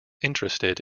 interested